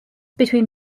between